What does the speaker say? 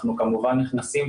אנחנו כמובן נכנסים